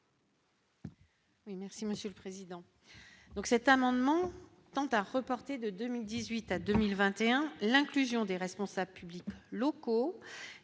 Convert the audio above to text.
Oui, merci Monsieur le Président, donc cet amendement tend à reporter de 2018 à 2021 l'inclusion des responsables publics locaux,